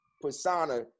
persona